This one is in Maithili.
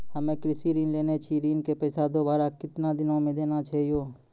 हम्मे कृषि ऋण लेने छी ऋण के पैसा दोबारा कितना दिन मे देना छै यो?